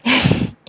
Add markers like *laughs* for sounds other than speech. *laughs*